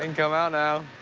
can come out now.